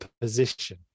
position